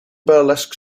burlesque